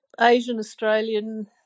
Asian-Australian